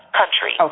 country